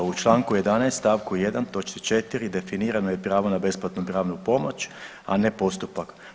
U članku 11. stavku 1. točci 4. definirano je pravo na besplatnu pravnu pomoć, a ne postupak.